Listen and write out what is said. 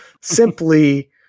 Simply